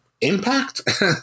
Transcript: impact